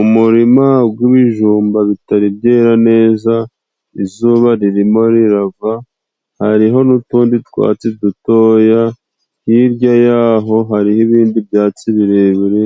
Umurima gw'ibijumba bitari byera neza, izuba ririmo rirava hariho n'utundi twatsi dutoya, hirya yaho hariho ibindi byatsi birebire